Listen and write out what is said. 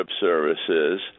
services